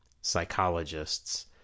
psychologists